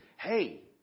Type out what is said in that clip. hey